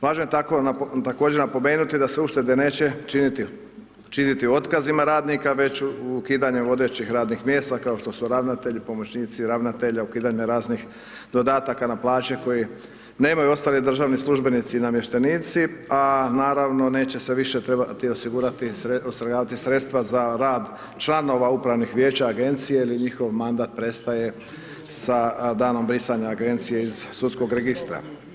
Važno je također napomenuti da se uštede neće činiti otkazima radnika već ukidanjem vodećih radnih mjesta kao što su ravnatelji, pomoćnici ravnatelja, ukidanje raznih dodataka na plaće koje nemaju ostali državni službenici i namještenici a naravno neće se više trebati ustrojavati sredstva za rad članova upravnih vijeća agencije jer njihov mandat prestaje sa danom brisanja agencije iz sudskog registra.